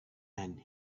and